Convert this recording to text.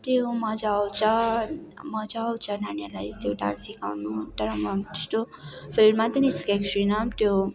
त्यही हो मज्जा आउँछ मज्जा आउँछ नानीहरूलाई त्यो डान्स सिकाउनु तर म त्यस्तो फिल्डमा त निस्केको छुइनँ त्यो